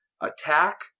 attack